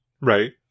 Right